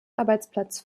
arbeitsplatz